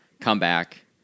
comeback